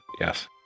Yes